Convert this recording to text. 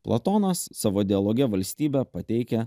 platonas savo dialoge valstybė pateikia